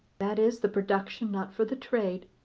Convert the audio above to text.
that is, the production not for the trade,